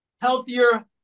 healthier